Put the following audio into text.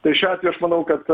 tai šiuo atveju aš manau kad